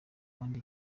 kandi